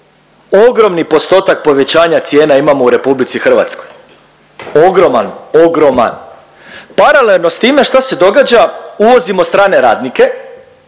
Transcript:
ogromni postotak povećanja cijena imamo u RH, ogroman, ogroman. Paralelno s time šta se događa? Uvozimo strane radnike,